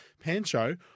Pancho